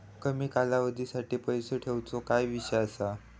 कमी कालावधीसाठी पैसे ठेऊचो काय विषय असा?